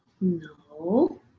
No